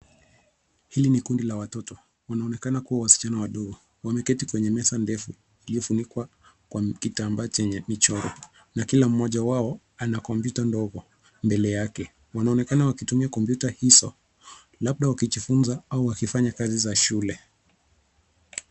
Hili ni kundi la watoto. Wanaonekana kuwa wasichana wadogo. Wameketi kwenye meza ndefu iliyofunikwa kwa kitambaa chenye michoro na kila mmoja wao ana kompyuta ndogo mbele yake. Wanaonekana wakitumia kompyuta hizo labda wakijifunza au wakifanya kazi za shule.